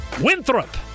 Winthrop